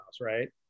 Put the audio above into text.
right